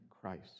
christ